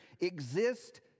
exist